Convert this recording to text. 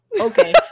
Okay